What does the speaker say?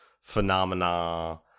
phenomena